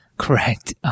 Correct